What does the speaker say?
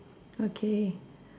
okay